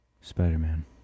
Spider-Man